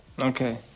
Okay